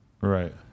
Right